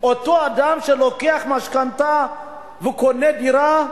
אותו אדם שלוקח משכנתה וקונה דירה,